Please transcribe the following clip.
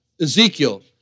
Ezekiel